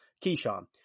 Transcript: Keyshawn